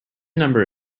number